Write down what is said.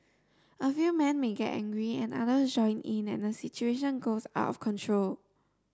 a few men may get angry and others join in and the situation goes out of control